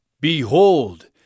Behold